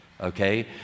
okay